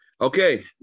Okay